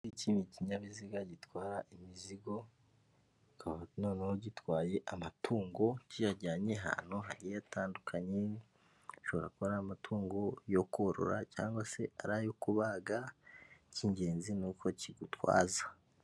Iki ni kinyabiziga gitwara imizigo noneho gitwaye amatungo kiyajyanye ahantu hariyatandukanye ushobora ko amatungo yo korora cyangwa se ari ayo kubaga icy'ingenzi ni uko kigutwaza.